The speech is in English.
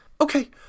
Okay